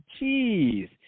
jeez